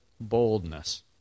boldness